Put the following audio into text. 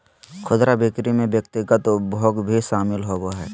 खुदरा बिक्री में व्यक्तिगत उपभोग भी शामिल होबा हइ